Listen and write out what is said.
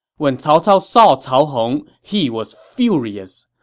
when cao cao saw cao hong, he was furious.